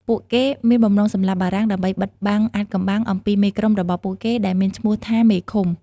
ពួកគេមានបំណងសម្លាប់បារាំងដើម្បីបិទបាំងអាថ៌កំបាំងអំពីមេក្រុមរបស់ពួកគេដែលមានឈ្មោះថាមេឃុំ។